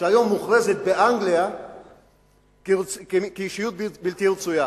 שהיום מוכרזת באנגליה כאישיות בלתי רצויה.